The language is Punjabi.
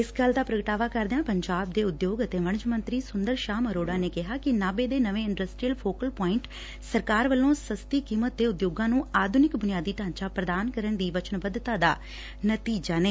ਇਸ ਦਾ ਪ੍ਰਗਟਾਵਾ ਕਰਦਿਆਂ ਪੰਜਾਬ ਦੇ ਉਦਯੋਗ ਅਤੇ ਵਣਜ ਮੰਤਰੀ ਸੁੰਦਰ ਸ਼ਾਮ ਅਰੋੜਾ ਨੇ ਕਿਹਾ ਕਿ ਨਾਭੇ ਦੇ ਨਵੇਂ ਇੰਡਸਟਰੀਅਲ ਫੋਕਲ ਪੁਆਇੰਟ ਸਰਕਾਰ ਵੱਲੋ ਸਸਤੀ ਕੀਮਤ ਤੇ ਉਦਯੋਗਾਂ ਨੂੰ ਆਧੁਨਿਕ ਬੁਨਿਆਦੀ ਢਾਂਚਾਂ ਪ੍ਦਾਨ ਕਰਨ ਦੀ ਵਚਨਬੱਧਤਾ ਦਾ ਨਤੀਜਾ ਐ